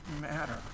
matter